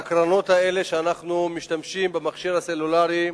ההקרנות האלה כשאנחנו משתמשים במכשיר הסלולרי,